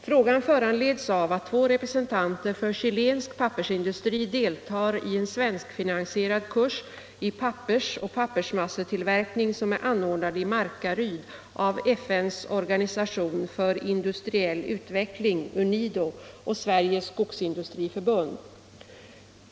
Frågan föranleds av att två representanter för chilensk pappersindustri deltar i en svenskfinansierad kurs i pappersoch pappersmassetillverkning som är anordnad i Markaryd av FN:s organisation för industriell utveckling och Sveriges skogsindustriförbund.